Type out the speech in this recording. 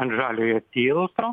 ant žaliojo tilto